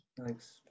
Thanks